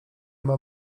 mam